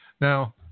Now